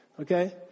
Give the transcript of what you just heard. Okay